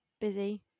busy